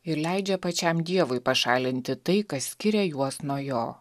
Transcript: ir leidžia pačiam dievui pašalinti tai kas skiria juos nuo jo